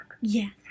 Yes